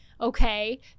okay